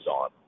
on